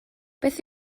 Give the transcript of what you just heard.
beth